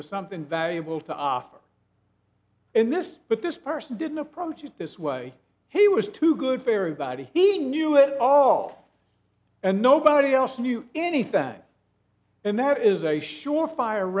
was something valuable to offer and miss but this person didn't approach it this way he was too good fairy body he knew it all and nobody else knew anything and there is a sure fire